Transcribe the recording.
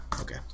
okay